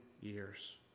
years